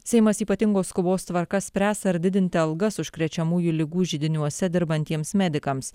seimas ypatingos skubos tvarka spręs ar didinti algas užkrečiamųjų ligų židiniuose dirbantiems medikams